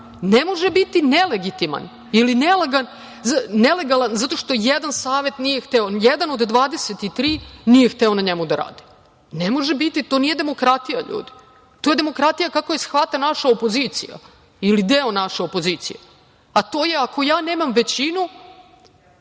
Ne može biti nelegitiman ili nelegalan zato što jedan savet nije hteo, jedan od 23 nije hteo na njemu da radi. Ne može biti. To nije demokratija, ljudi. To je demokratija kako je shvata naša opozicija ili deo naše opozicije, a to je – ako ja nemam većinu,